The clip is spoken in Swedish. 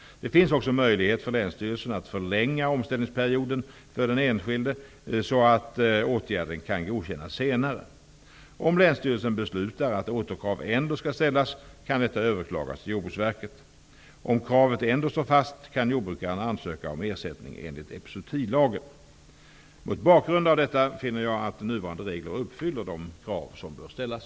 Det finns också möjligheter för länsstyrelsen att förlänga omställningsperioden för den enskilde så att åtgärden kan godkännas senare. Om länsstyrelsen beslutar att åkerkrav ändå skall ställas kan detta överklagas till Jordbruksverket. Om kravet ändå står fast kan jordbrukaren ansöka om ersättning enligt epizootilagen. Mot bakgrund av detta finner jag att nuvarande regler uppfyller de krav som bör ställas.